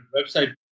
website